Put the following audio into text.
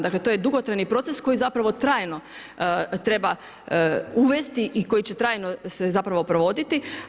Dakle, to je dugotrajni proces koji zapravo trajno treba uvesti i koji će trajno zapravo provoditi.